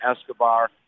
Escobar